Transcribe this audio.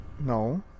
no